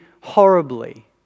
horribly